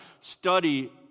study